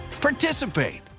participate